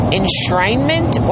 enshrinement